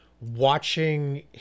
watching